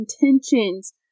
intentions